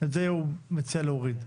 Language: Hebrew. את זה הוא מציע להוריד.